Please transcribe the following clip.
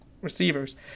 receivers